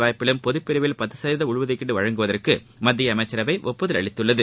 வாய்ப்பிலும் பொதப்பிரிவில் பத்து சதவீத உள்ஒதுக்கீடு வழங்குவதற்கு மத்திய அமைச்சரவை ஒப்புதல் அளித்துள்ளது